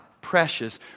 precious